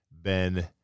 Ben